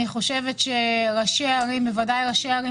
אני חושבת שראשי ערים, בוודאי ערים